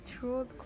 true